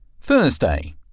Thursday